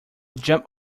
jumped